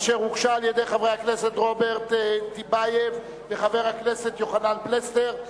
אשר הוגשו על-ידי חבר הכנסת רוברט טיבייב וחבר הכנסת יוחנן פלסנר,